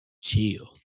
chill